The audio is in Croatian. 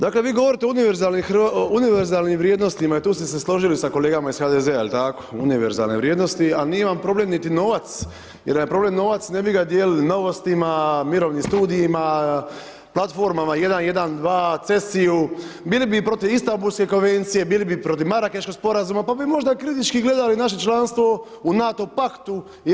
Dakle govorite o univerzalnim vrijednostima i tu ste se složili sa kolegama iz HDZ-a, jel' tako, univerzalne vrijednosti, a nije vam problem niti novac jer da je problem novac, ne bi ga dijelili novostima, mirovnim studijama, platformama 112, CESI-ju, bili bi protiv Istanbulske konvencije, bili protiv Marakeškog sporazuma pa bi možda kritički gledali naše članstvo u NATO paktu i EU-u.